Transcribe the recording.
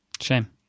Shame